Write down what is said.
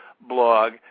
blog